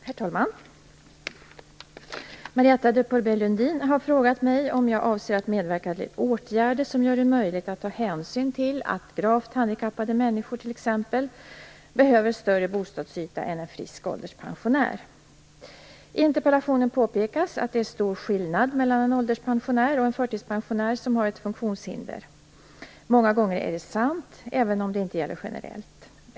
Herr talman! Marietta de Pourbaix-Lundin har frågat mig om jag avser att medverka till åtgärder som gör det möjligt att ta hänsyn till att gravt handikappade människor t.ex. behöver större bostadsyta än en frisk ålderspensionär. I interpellationen påpekas att det är stor skillnad mellan en ålderspensionär och en förtidspensionär som har ett funktionshinder. Många gånger är det sant, även om det inte gäller generellt.